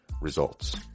results